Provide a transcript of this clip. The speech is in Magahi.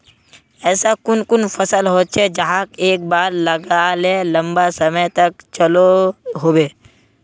ऐसा कुन कुन फसल होचे जहाक एक बार लगाले लंबा समय तक चलो होबे?